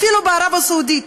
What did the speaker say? אפילו בערב-הסעודית,